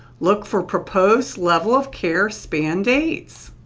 look for proposed level of care span dates.